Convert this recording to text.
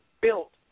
built